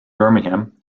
birmingham